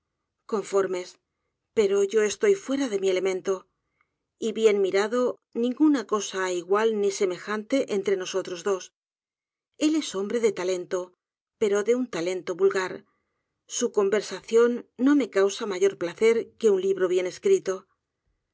conformes pero yo estoy fuera de mi elemento y bien mirado ninguna cosa hay igual ni semejante entre nosotros dos el es hombre de talento pero de un talento vulgar su conversación no me causa mayor placer que un libro bien escrito